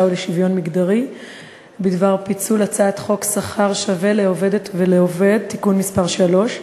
ולשוויון מגדרי בדבר פיצול הצעת חוק שכר שווה לעובדת ולעובד (תיקון מס' 3)